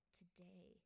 today